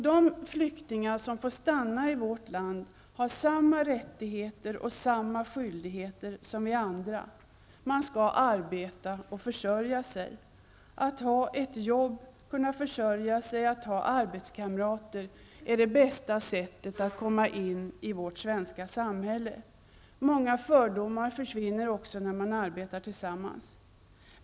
De flyktingar som får stanna i vårt land har samma rättigheter och skyldigheter som vi andra. Man skall arbeta och försörja sig. Att ha ett jobb, att kunna försörja sig och att ha arbetskamrater är det bästa sättet att komma in i vårt svenska samhälle. Många fördomar försvinner också när man arbetar tillsammans.